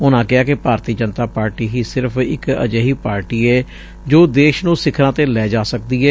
ਉਨੂਾ ਕਿਹਾ ਕਿ ਭਾਰਤੀ ਜਨਤਾ ਪਾਰਟੀ ਹੀ ਸਿਰਫ਼ ਇਕ ਅਜਿਹੀ ਪਾਰਟੀ ਏ ਜੋ ਦੇਸ਼ ਨੂੰ ਸਿਖਰਾਂ ਤੇ ਲੈ ਜਾ ਸਜਦੀ ਏ